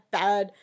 bad